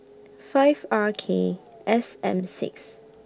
five R K S M six